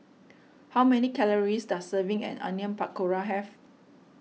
how many calories does serving an Onion Pakora have